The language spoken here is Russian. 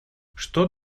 что